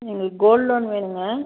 எங்களுக்கு gold loan வேணுங்க